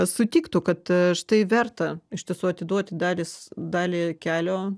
sutiktų kad štai verta iš tiesų atiduoti dalys dalį kelio